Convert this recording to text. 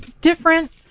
different